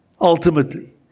ultimately